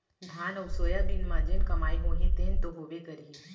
धान अउ सोयाबीन म जेन कमाई होही तेन तो होबे करही